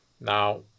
Now